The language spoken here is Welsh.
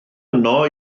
yno